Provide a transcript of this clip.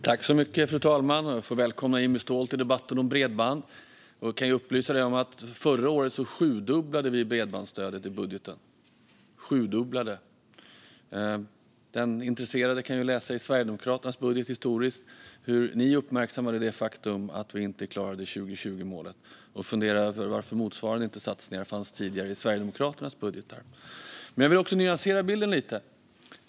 Fru talman! Jag får välkomna Jimmy Ståhl till debatten om bredband. Jag kan upplysa om att vi förra året sjudubblade bredbandsstödet i budgeten. Den intresserade kan läsa i Sverigedemokraternas budget historiskt hur de uppmärksammade det faktum att vi inte klarade 2020-målet och fundera över varför motsvarande satsningar inte fanns tidigare i Sverigedemokraternas budgetar. Men jag vill också nyansera bilden lite.